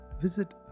visit